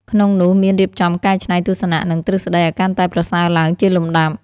ក្នុងនោះមានរៀបចំកែច្នៃទស្សនៈ និងទ្រឹស្ដីឱ្យកាន់តែប្រសើរឡើងជាលំដាប់។